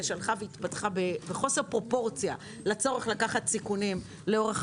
שהלכה והתפתחה בחוסר פרופורציה לצורך לקחת סיכונים לאורך